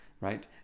Right